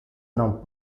non